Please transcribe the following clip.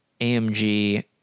amg